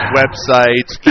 websites